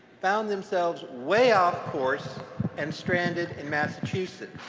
found themselves way off course and stranded in massachusetts.